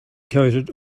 coated